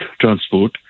transport